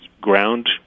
ground